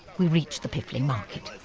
we reached the piffling market.